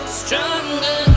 stronger